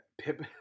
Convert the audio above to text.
Pip-